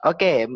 Okay